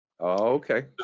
Okay